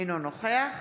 אינו נוכח